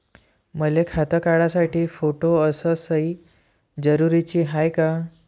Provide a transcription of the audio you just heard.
मले खातं काढासाठी फोटो अस सयी जरुरीची हाय का?